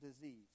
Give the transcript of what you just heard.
disease